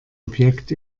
objekt